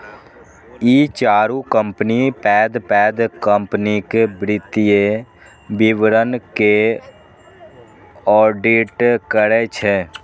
ई चारू कंपनी पैघ पैघ कंपनीक वित्तीय विवरण के ऑडिट करै छै